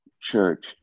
church